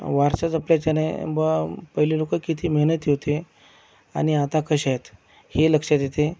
वारसा जपल्याच्याने बुवा पहिले लोकं किती मेहनती होते आणि आता कसे आहेत हे लक्षात येते